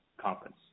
Conference